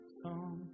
song